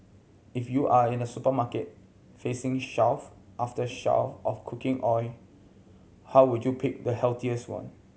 if you are in a supermarket facing shelf after shelf of cooking oil how would do you pick the healthiest one